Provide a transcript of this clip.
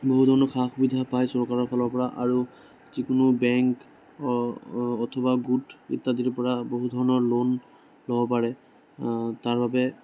বহু ধৰণৰ সা সুবিধা পায় চৰকাৰৰ ফালৰ পৰা আৰু যিকোনো বেংক অথবা গোট ইত্যাদিৰ পৰা বহু ধৰণৰ লোন ল'ব পাৰে তাৰ বাবে